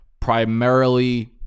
primarily